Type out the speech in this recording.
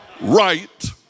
right